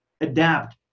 adapt